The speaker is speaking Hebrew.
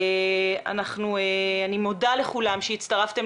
אני מודה לכולם שהצטרפתם,